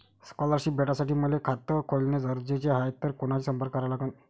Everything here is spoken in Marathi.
स्कॉलरशिप भेटासाठी मले खात खोलने गरजेचे हाय तर कुणाशी संपर्क करा लागन?